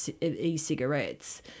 e-cigarettes